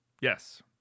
Yes